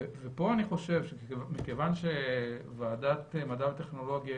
פה אני חושב שמכיוון שוועדת המדע והטכנולוגיה